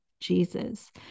Jesus